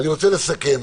אני רוצה לסכם.